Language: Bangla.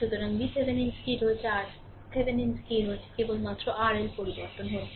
সুতরাং VThevenin স্থির হয়েছে RThevenin স্থির হয়েছে কেবলমাত্র RL পরিবর্তন হচ্ছে